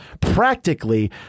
practically